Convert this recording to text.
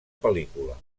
pel·lícula